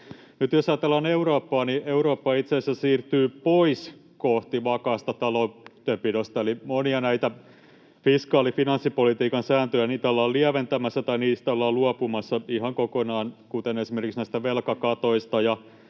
jos ajatellaan Eurooppaa, niin Eurooppa itse asiassa siirtyy pois vakaasta taloudenpidosta, eli monia näitä fiskaali-, finanssipolitiikan sääntöjä ollaan lieventämässä tai niistä ollaan luopumassa ihan kokonaan, kuten esimerkiksi näistä velkakatoista